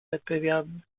wettbewerben